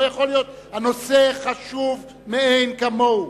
הנושא חשוב מאין כמוהו,